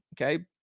okay